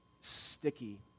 sticky